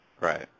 Right